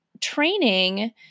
training